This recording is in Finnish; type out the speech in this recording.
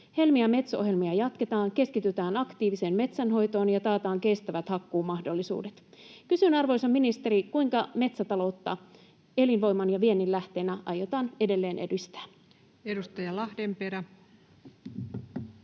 Helmi- ja Metso-ohjelmia jatketaan, keskitytään aktiiviseen metsänhoitoon ja taataan kestävät hakkuumahdollisuudet. Kysyn, arvoisa ministeri: kuinka metsätaloutta elinvoiman ja viennin lähteenä aiotaan edelleen edistää? [Speech